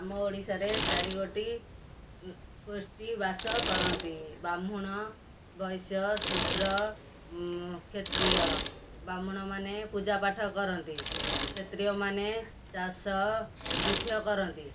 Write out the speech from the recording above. ଆମ ଓଡ଼ିଶାରେ ଚାରି ଗୋଟି ଗୋଷ୍ଠୀ ବାସ କରନ୍ତି ବ୍ରାହ୍ମଣ ବୈଶ୍ୟ ଶୂଦ୍ର କ୍ଷତ୍ରୀୟ ବ୍ରାହ୍ମଣମାନେ ପୂଜା ପାାଠ କରନ୍ତି କ୍ଷତ୍ରୀୟମାନେ ଚାଷ ଯୁଦ୍ଧ କରନ୍ତି